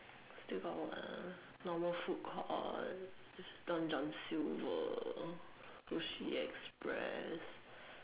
still got what ah normal food court or long-John-silver sushi-express